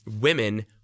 women